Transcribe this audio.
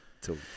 till